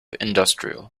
industrial